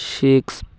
skip